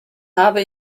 habe